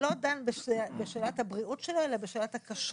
שלא דן בשאלת הבריאות אלא בשאלת הכשרות,